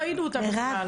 לא ראינו אותה בכלל.